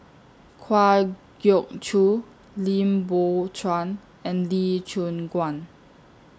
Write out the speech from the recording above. Kwa Geok Choo Lim Biow Chuan and Lee Choon Guan